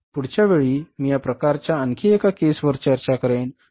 पुढच्या वेळी मी या प्रकाराच्या आणखी एका केस वर चर्चा करेन